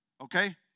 Okay